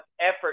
effort